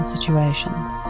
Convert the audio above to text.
Situations